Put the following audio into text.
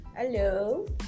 Hello